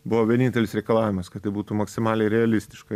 buvo vienintelis reikalavimas kad tai būtų maksimaliai realistiška